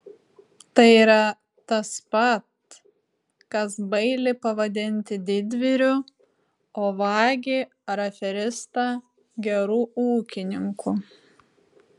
tai yra tas pat kas bailį pavadinti didvyriu o vagį ar aferistą geru ūkininku